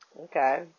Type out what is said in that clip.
Okay